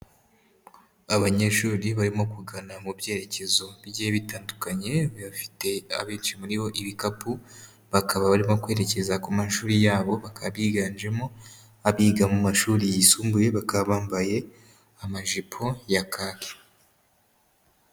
Abanyeshuri barimo kugana mu byerekezo bigiye bitandukanye bafite abenshi muri bo ibikapu, bakaba barimo kwerekeza ku mashuri yabo, bakaba biganjemo abiga mu mashuri yisumbuye, bakaba bambaye amajipo ya kake.